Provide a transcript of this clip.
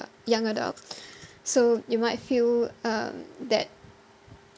young adult so you might feel um that